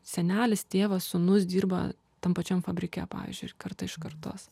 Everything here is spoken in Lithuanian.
senelis tėvas sūnus dirba tam pačiam fabrike pavyzdžiui ir karta iš kartos